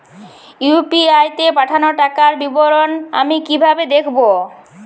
UPI তে পাঠানো টাকার বিবরণ আমি কিভাবে দেখবো?